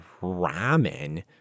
ramen